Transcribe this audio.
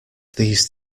these